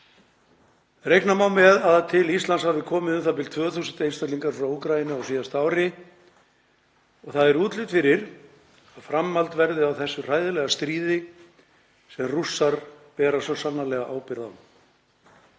Reikna má með að til Íslands hafi komið u.þ.b. 2.000 einstaklingar frá Úkraínu á síðasta ári og það er útlit fyrir að framhald verði á þessu hræðilega stríði sem Rússar bera svo sannarlega ábyrgð á.